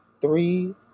three